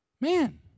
man